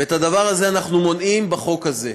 את הדבר הזה אנחנו מונעים בחוק הזה.